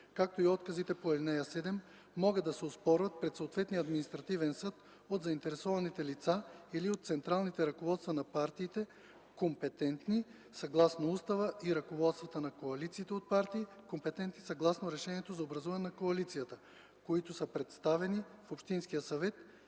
както и отказите по ал. 7, могат да се оспорват пред съответния административен съд от заинтересуваните лица или от централните ръководства на партиите, компетентни съгласно устава, и ръководствата на коалициите от партии, компетентни съгласно решението за образуване на коалицията, които са представени в общинския съвет или от